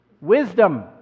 Wisdom